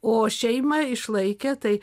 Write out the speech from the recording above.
o šeimą išlaikė tai